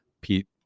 Pete